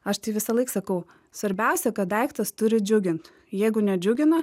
aš tai visąlaik sakau svarbiausia kad daiktas turi džiugint jeigu nedžiugina